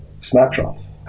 snapshots